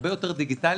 הרבה יותר דיגיטלית.